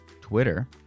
Twitter